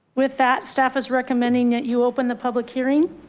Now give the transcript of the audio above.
with that staff is recommending it. you open the public hearing.